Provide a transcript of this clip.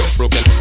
Broken